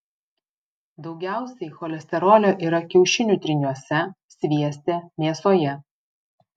daugiausiai cholesterolio yra kiaušinių tryniuose svieste mėsoje